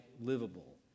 livable